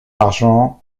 argent